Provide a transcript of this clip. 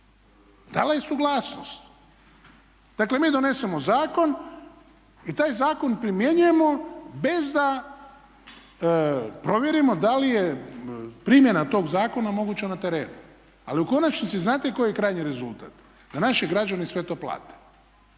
Dala je suglasnost. Dakle, mi donesemo zakon i taj zakon primjenjujemo bez da provjerimo da li je primjena tog zakona moguća na terenu. Ali u konačnici znate koji je krajnji rezultat? Da naši građani sve to plate.